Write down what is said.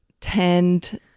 tend